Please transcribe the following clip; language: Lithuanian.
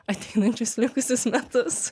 ateinančius likusius metus